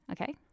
Okay